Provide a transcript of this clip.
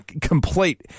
complete